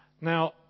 Now